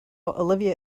olivia